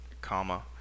comma